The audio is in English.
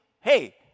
Hey